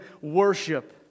worship